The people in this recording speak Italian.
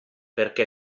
perché